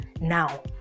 Now